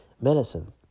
medicine